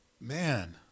Man